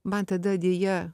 man tada deja